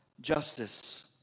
justice